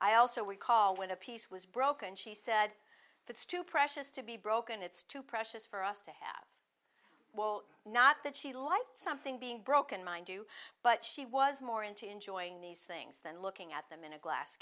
i also recall when a piece was broken she said that's too precious to be broken it's too precious for us to have not that she liked something being broken mind you but she was more into enjoying these things than looking at them in a glass